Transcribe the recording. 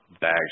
bags